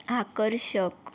आकर्षक